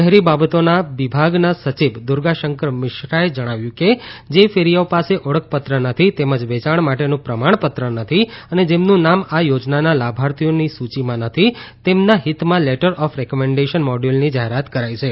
શહેરી બાબતોના વિભાગના સચિવ દૂર્ગાશંકર મિશ્રાએ જણાવ્યું છે કે જે ફેરીયાઓ પાસે ઓળખપત્ર નથી તેમજ વેચાણ માટેનું પ્રમાણપત્ર નથી અને જેમનું નામ આ યોજનાના લાભાર્થીઓની સૂચિમાં નથી તેમના હિતમાં લેટર ઓફ રેકમેન્ડેશન મોડયુલની જાહેરાત કરાઇ છે